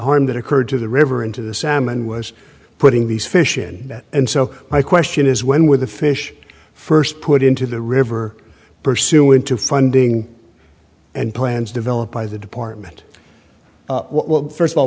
harm that occurred to the river into the salmon was putting these fish in it and so my question is when with the fish first put into the river pursuant to funding and plans developed by the department well first of all